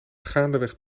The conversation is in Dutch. gaandeweg